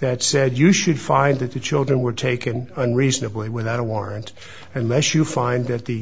that said you should find that the children were taken unreasonably without a warrant unless you find that the